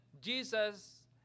Jesus